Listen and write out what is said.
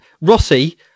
Rossi